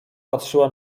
patrzyła